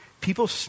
People